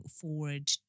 forward